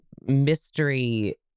mystery